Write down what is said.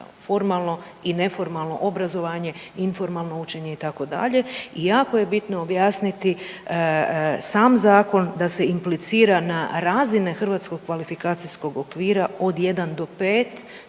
formalno i neformalno obrazovanje, informalno učenje itd. i jako je bitno objasniti sam zakon da se implicira na razine Hrvatskog kvalifikacijskog okvira od 1 do 5,